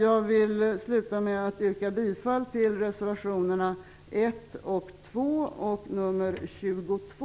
Jag vill sluta med att yrka bifall till reservationerna 1, 2 och 22.